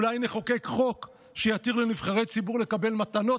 אולי נחוקק חוק שיתיר לנבחרי ציבור לקבל מתנות,